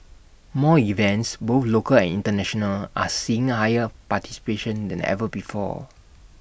more events both local and International are seeing higher participation than ever before